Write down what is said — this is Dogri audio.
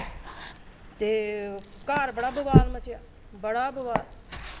ते घर बड़ा बवाल मचेआ बड़ा बवाल